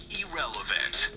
irrelevant